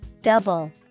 Double